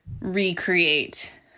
recreate